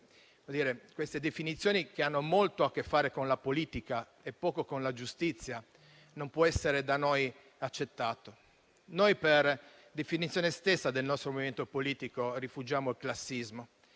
queste definizioni, che hanno molto a che fare con la politica e poco con la giustizia, non può essere da noi accettato. Noi, per definizione stessa del nostro movimento politico, rifuggiamo il classismo;